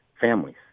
families